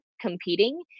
competing